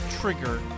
trigger